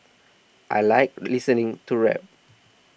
I like listening to rap